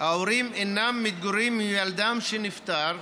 ההורים אינם מתגוררים עם ילדם שנפטר,